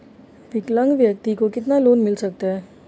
विकलांग व्यक्ति को कितना लोंन मिल सकता है?